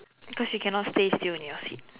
cause you cannot stay still in your seat